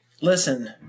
Listen